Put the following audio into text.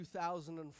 2004